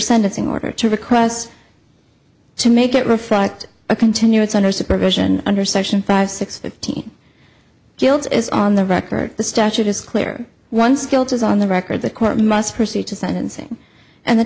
sentencing order to request to make it reflect a continuance under supervision under section five six fifteen guilt is on the record the statute is clear once guilt is on the record the court must proceed to sentencing and the